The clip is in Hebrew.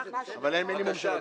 אנחנו תומכים.